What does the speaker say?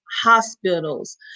hospitals